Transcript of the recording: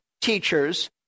teachers